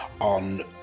on